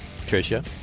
Patricia